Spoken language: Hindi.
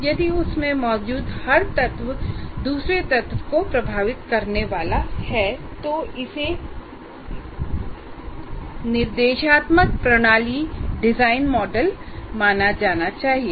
यदिउसमें मौजूद हर तत्व हर दूसरे तत्व को प्रभावित करने वाला है तो इसे निर्देशात्मक प्रणाली डिजाइन मॉडल माना जाना चाहिए